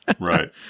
right